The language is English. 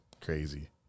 Crazy